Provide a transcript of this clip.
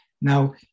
Now